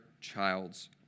child's